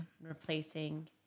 replacing